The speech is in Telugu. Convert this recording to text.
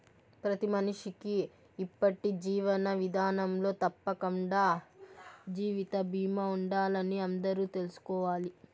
ప్రతి మనిషికీ ఇప్పటి జీవన విదానంలో తప్పకండా జీవిత బీమా ఉండాలని అందరూ తెల్సుకోవాలి